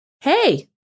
hey